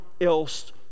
else